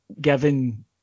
given